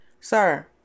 sir